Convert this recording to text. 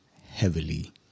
heavily